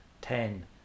ten